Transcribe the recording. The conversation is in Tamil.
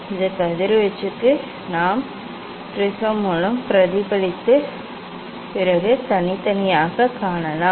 இது கதிர்வீச்சுக்கு நாம் ப்ரிஸம் மூலம் பிரதிபலித்த பிறகு தனித்தனியாகக் காணலாம்